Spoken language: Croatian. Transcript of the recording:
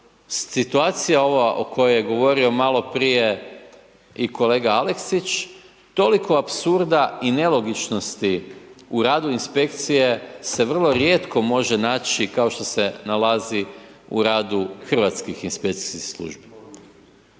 situacija ova o kojoj je govorio malo prije i kolega Aleksić, toliko apsurda i nelogičnosti u radu inspekcije se vrlo rijetko može naći kao što se nalazi u radu hrvatskih inspekcijskih službi.